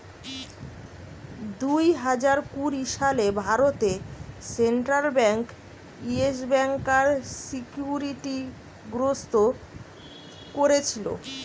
দুই হাজার কুড়ি সালে ভারতে সেন্ট্রাল বেঙ্ক ইয়েস ব্যাংকার সিকিউরিটি গ্রস্ত কোরেছিল